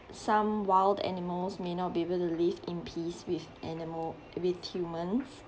some wild animals may not be able to live in peace with animal with humans